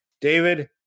David